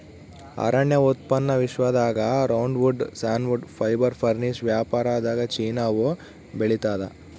ಅರಣ್ಯ ಉತ್ಪನ್ನ ವಿಶ್ವದಾಗ ರೌಂಡ್ವುಡ್ ಸಾನ್ವುಡ್ ಫೈಬರ್ ಫರ್ನಿಶ್ ವ್ಯಾಪಾರದಾಗಚೀನಾವು ಬೆಳಿತಾದ